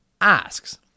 asks